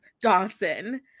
Dawson